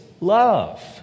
love